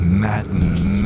madness